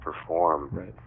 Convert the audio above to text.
perform